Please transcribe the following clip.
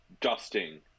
dusting